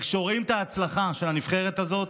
כשרואים את ההצלחה של הנבחרת הזו,